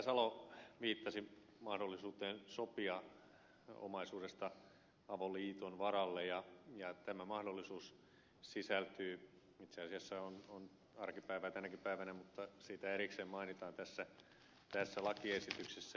salo viittasi mahdollisuuteen sopia omaisuudesta avoliiton varalle ja tästä mahdollisuudesta itse asiassa se on arkipäivää tänäkin päivänä erikseen mainitaan tässä lakiesityksessä